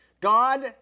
God